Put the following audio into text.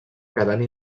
quedant